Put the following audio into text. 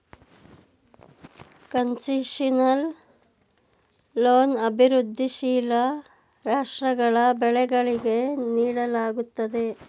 concessional loan ಅಭಿವೃದ್ಧಿಶೀಲ ರಾಷ್ಟ್ರಗಳ ಬೆಳವಣಿಗೆಗೆ ನೀಡಲಾಗುತ್ತದೆ